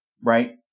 right